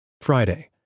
Friday